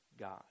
God